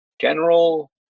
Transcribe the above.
General